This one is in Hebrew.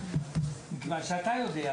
מכיוון שאתה יודע,